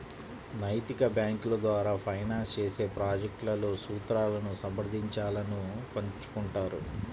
నైతిక బ్యేంకుల ద్వారా ఫైనాన్స్ చేసే ప్రాజెక్ట్లలో సూత్రాలను సమర్థించాలను పంచుకుంటారు